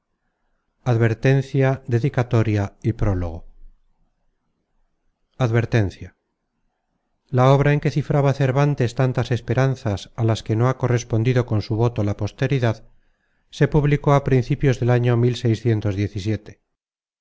book search generated at advertencia la obra en que cifraba cervántes tantas esperanzas á las que no ha correspondido con su voto la posteridad se publicó á principios del año